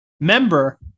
Member